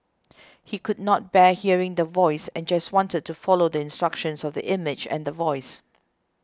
he could not bear hearing the Voice and just wanted to follow the instructions of the image and the voice